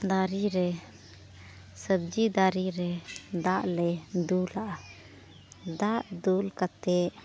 ᱫᱟᱨᱮ ᱨᱮ ᱥᱚᱵᱽᱡᱤ ᱫᱟᱨᱮ ᱨᱮ ᱫᱟᱜ ᱞᱮ ᱫᱩᱞᱟᱜᱼᱟ ᱫᱟᱜ ᱫᱩᱞ ᱠᱟᱛᱮᱫ